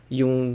yung